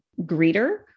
greeter